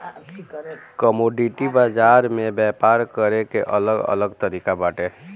commodity बाजार में व्यापार करे के अलग अलग तरिका बाटे